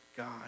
God